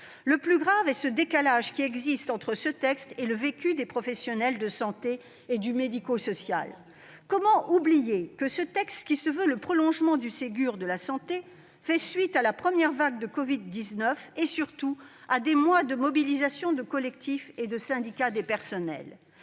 Le plus grave est le décalage entre ce texte et le vécu des professionnels de santé et du médico-social. Comment oublier que ce texte, présenté comme le prolongement du Ségur de la santé, fait suite à la première vague de covid-19 et, surtout, à des mois de mobilisation de collectifs et de syndicats des personnels ?